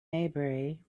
maybury